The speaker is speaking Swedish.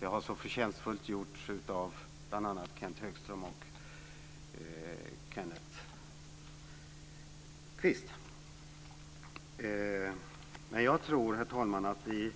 De har så förtjänstfullt förts fram av bl.a. Kenth Högström och Kenneth Jag tror, herr talman, att vi